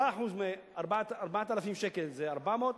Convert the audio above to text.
10% מ-4,000 שקלים זה 400,